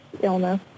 illness